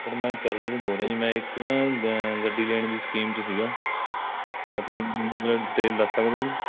sir ਮੈਂ ਚਰਨਜੀਤ ਬੋਲ਼ ਰਿਹਾ ਜੀ ਮੈਂ ਇੱਕ ਨਾ ਗੱਡੀ ਲੈਣ ਦੀ ਸਕੀਮ 'ਚ ਸੀਗਾ ਕਿਆ ਤੁਸੀਂ ਮੈਨੂੰ ਡਿਟੇਲ ਦੱਸ ਸਕਦੇ ਹੋ ਜੀ